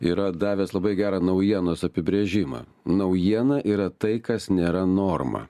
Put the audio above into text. yra davęs labai gerą naujienos apibrėžimą naujiena yra tai kas nėra norma